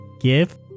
Give